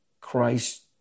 Christ